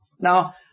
Now